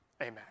amen